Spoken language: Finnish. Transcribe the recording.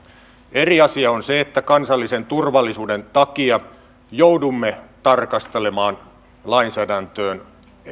eri asia on se että kansallisen turvallisuuden takia joudumme tarkastelemaan lainsäädäntöön